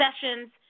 sessions